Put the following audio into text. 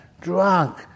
drunk